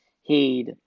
heed